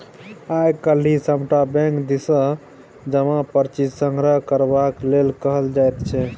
आय काल्हि सभटा बैंक दिससँ जमा पर्ची संग्रह करबाक लेल कहल जाइत छै